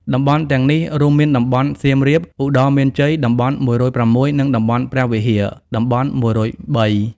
តំបន់ទាំងនេះរួមមានតំបន់ សៀមរាប ឧត្តរមានជ័យ (តំបន់១០៦) និងតំបន់ព្រះវិហារ (តំបន់១០៣)។